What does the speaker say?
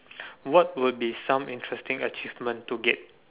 what would be some interesting achievement to get